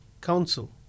council